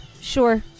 sure